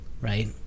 right